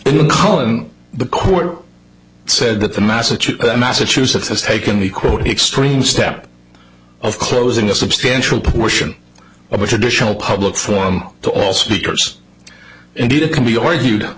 l the call and the court said that the massachusetts massachusetts has taken the quote extreme step of closing a substantial portion of a traditional public forum to all speakers indeed it can be argued